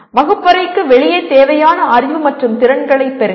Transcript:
வகுப்பறைக்கு வெளியே தேவையான அறிவு மற்றும் திறன்களைப் பெறுங்கள்